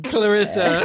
Clarissa